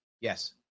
Yes